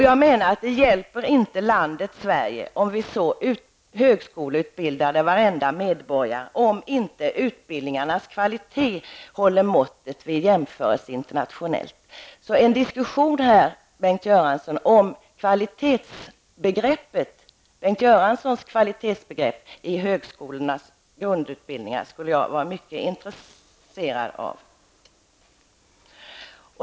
Jag menar att det inte hjälper Sverige om vi så skulle högskoleutbilda varenda medborgare, om inte utbildningarnas kvalitet håller måttet vid en internationell jämförelse. En diskussion om kvalitetsbegreppet, Bengt Göranssons kvalitetsbegrepp, i högskolans grundutbildningar skulle jag vara mycket intresserad av.